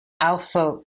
alpha